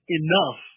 enough